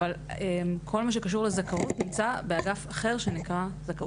אבל כל מה שקשור לזכאות נמצא באגף אחר שנקרא זכאות.